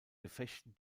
gefechten